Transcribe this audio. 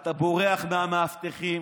אתה בורח מהמאבטחים,